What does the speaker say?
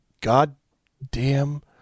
goddamn